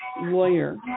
lawyer